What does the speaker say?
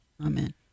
Amen